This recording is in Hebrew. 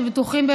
שבטוחים,